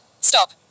Stop